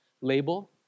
label